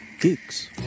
Geeks